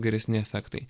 geresni efektai